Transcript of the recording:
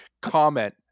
comment